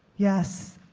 yes.